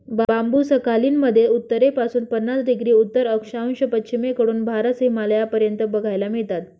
बांबु Sakhalin मध्ये उत्तरेपासून पन्नास डिग्री उत्तर अक्षांश, पश्चिमेकडून भारत, हिमालयापर्यंत बघायला मिळतात